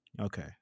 Okay